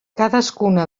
cadascuna